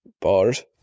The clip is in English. bars